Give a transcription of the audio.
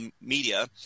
media